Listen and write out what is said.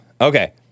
Okay